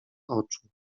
oczu